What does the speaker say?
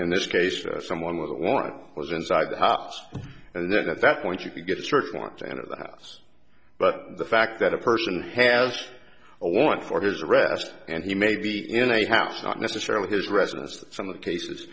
in this case someone with a warrant was inside the house and then at that point you could get a search warrant to enter the house but the fact that a person has a warrant for his arrest and he may be in a house not necessarily his residence that some of the cases